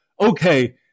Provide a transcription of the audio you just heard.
okay